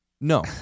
No